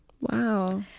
Wow